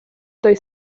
той